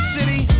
City